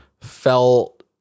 felt